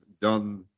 done